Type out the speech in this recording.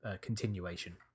continuation